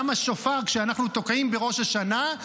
גם השופר, כשאנחנו תוקעים בראש השנה,